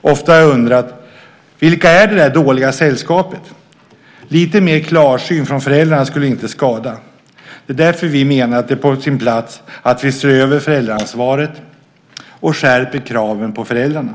Ofta har jag undrat vilka som är det där dåliga sällskapet. Lite mer klarsyn från föräldrarna skulle inte skada. Det är därför som vi menar att det är på sin plats att vi ser över föräldraansvaret och skärper kraven på föräldrarna.